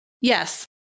Yes